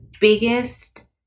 biggest